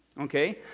okay